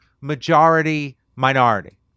majority-minority